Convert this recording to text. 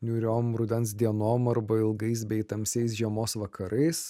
niūriom rudens dienom arba ilgais bei tamsiais žiemos vakarais